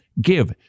give